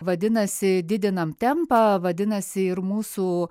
vadinasi didinam tempą vadinasi ir mūsų